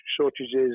shortages